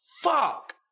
Fuck